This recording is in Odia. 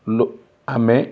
ଲୋ ଆମେ